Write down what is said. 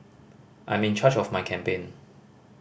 I'm in charge of my campaign